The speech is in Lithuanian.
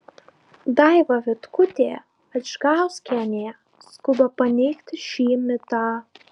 daiva vitkutė adžgauskienė skuba paneigti šį mitą